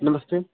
नमस्ते